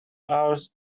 hours